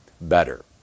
better